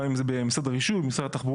גם אם זה במשרד הרישוי, משרד התחבורה.